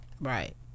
Right